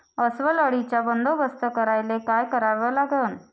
अस्वल अळीचा बंदोबस्त करायले काय करावे लागन?